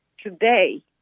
today